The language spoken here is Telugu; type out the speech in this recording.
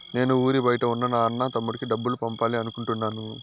నేను ఊరి బయట ఉన్న నా అన్న, తమ్ముడికి డబ్బులు పంపాలి అనుకుంటున్నాను